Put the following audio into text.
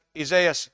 Isaiah